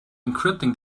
encrypting